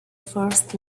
first